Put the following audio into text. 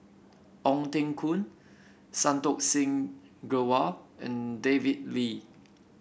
Ong Teng Koon Santokh Singh Grewal and David Lee